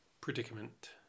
predicament